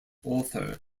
author